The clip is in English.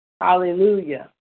Hallelujah